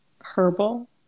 Herbal